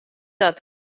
dat